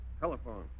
Telephone